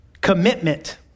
commitment